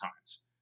times